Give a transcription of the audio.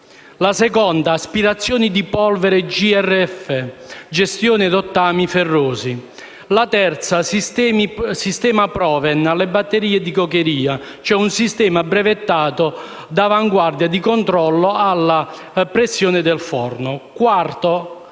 la seconda: aspirazioni di polvere GRF (gestione rottami ferrosi); la terza: sistema Proven alle batterie di cokeria, che è un sistema brevettato d'avanguardia per il controllo della pressione del forno; la